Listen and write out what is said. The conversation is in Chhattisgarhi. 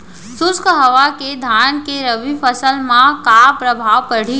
शुष्क हवा के धान के रबि फसल मा का प्रभाव पड़ही?